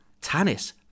Tannis